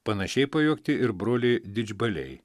panašiai pajuokti ir broliai didžbaliai